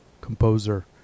composer